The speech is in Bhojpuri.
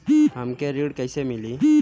हमके ऋण कईसे मिली?